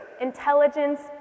intelligence